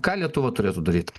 ką lietuva turėtų daryt